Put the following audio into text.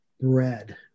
bread